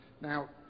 now